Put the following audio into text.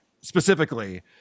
specifically